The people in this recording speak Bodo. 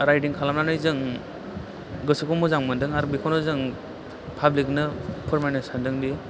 राइदिं खालामनानै जों गोसोखौ मोजां मोन्दों आरो बेखौनो जों पाब्लिकनो फोरमायनो सानदोंदि